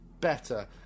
Better